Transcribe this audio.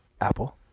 Apple